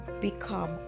become